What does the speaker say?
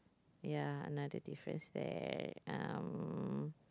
ya another difference there um